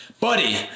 Buddy